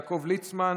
חבר הכנסת יעקב ליצמן,